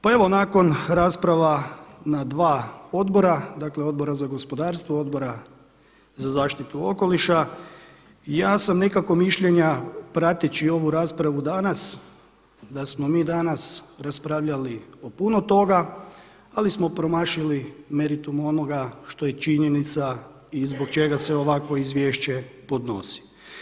Pa evo nakon rasprava na dva odbora, dakle Odbora za gospodarstvo, Odbora za zaštitu okoliša ja sam nekako mišljenja prateći ovu raspravu danas da smo mi danas raspravljali o puno toga, ali smo promašili meritum onoga što je činjenica i zbog čega se ovakvo izvješće podnosi.